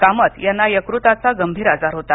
कामत यांना यकृताचा गंभीर आजार होता